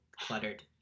cluttered